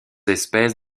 espèces